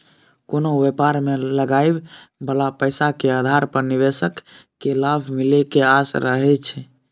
कोनो व्यापार मे लगाबइ बला पैसा के आधार पर निवेशक केँ लाभ मिले के आस रहइ छै